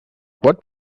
what